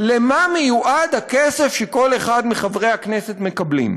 למה מיועד הכסף שכל אחד מחברי הכנסת מקבל.